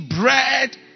bread